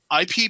IP